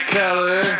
color